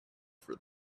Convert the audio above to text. for